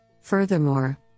Furthermore